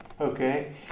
Okay